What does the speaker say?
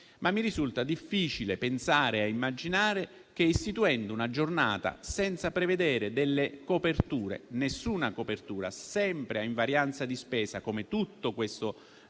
ma mi risulta difficile pensare e immaginare che, istituendo una giornata senza prevedere coperture (nessuna copertura), sempre a invarianza di spesa, come tutto questo